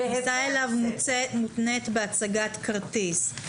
שהכניסה אליו מותנית בהצגת כרטיס,